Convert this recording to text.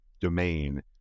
domain